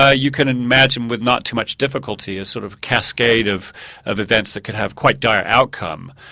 ah you can imagine with not too much difficulty a sort of cascade of of events that could have quite dire outcomes.